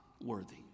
worthy